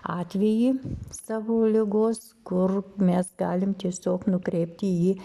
atvejį savo ligos kur mes galim tiesiog nukreipti jį